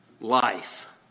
life